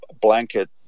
blanket